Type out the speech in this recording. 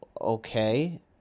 okay